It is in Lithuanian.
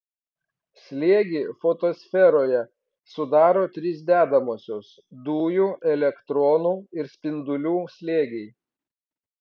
slėgį fotosferoje sudaro trys dedamosios dujų elektronų ir spindulių slėgiai